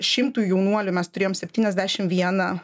šimtui jaunuolių mes turėjom septyniasdešim vieną